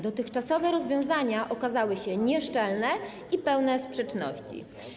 Dotychczasowe rozwiązania okazały się nieszczelne i pełne sprzeczności.